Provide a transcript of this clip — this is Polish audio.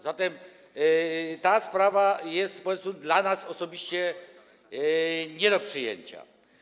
Zatem ta sprawa jest po prostu dla nas osobiście nie do przyjęcia.